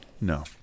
No